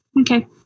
okay